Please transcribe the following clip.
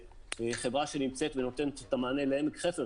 חברה שנמצאת ונותנת את המענה בעמק חפר,